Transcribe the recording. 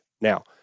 Now